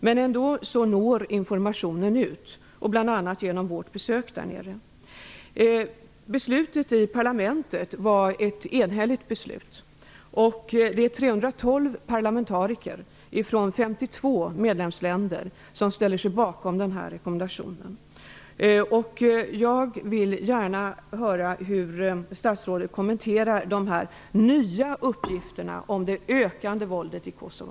Men ändå når informationen ut. Det gör den bl.a. genom vårt besök där nere. Beslutet i parlamentet var enhälligt. Det är 312 parlamentariker ifrån 52 medlemsländer som ställer sig bakom denna rekommendation. Jag vill gärna höra statsrådet kommentera dessa nya uppgifter om det ökande våldet i Kosovo.